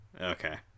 Okay